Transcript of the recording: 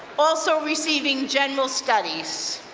also receiving general studies.